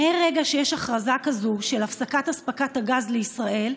מרגע שיש הכרזה כזאת על הפסקת אספקת הגז לישראל,